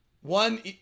one